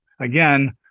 again